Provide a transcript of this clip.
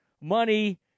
money